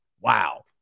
Wow